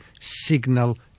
signal